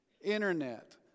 Internet